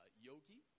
yogi